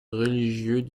religieux